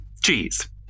Cheese